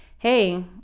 hey